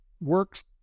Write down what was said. works